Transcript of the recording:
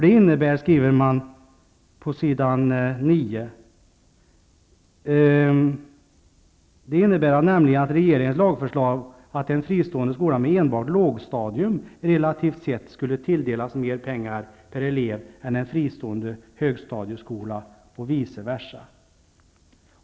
Det innebär att -- detta skriver man på s. 9 i betänkandet -- ''regeringens lagförslag att en fristående skola med enbart lågstadium relativt sett skulle tilldelas mer pengar per elev än en fristående högstadieskola och vice versa.''